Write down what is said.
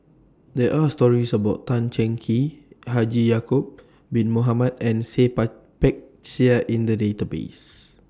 There Are stories about Tan Cheng Kee Haji Ya'Acob Bin Mohamed and Seah Peck Seah in The databases